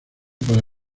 para